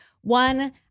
One